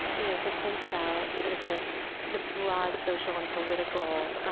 um you know, to think about sort of the the broad social and political,